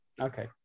Okay